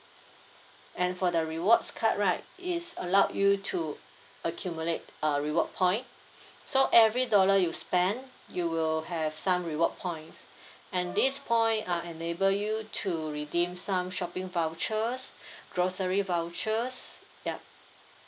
and for the rewards card right it's allowed you to accumulate uh reward point so every dollar you spent you will have some reward points and this point uh enable you to redeem some shopping vouchers grocery vouchers yup